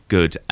good